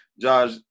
Josh